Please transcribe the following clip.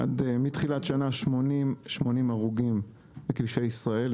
מתחילת השנה 80 הרוגים בכבישי ישראל.